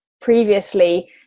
previously